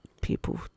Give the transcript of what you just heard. people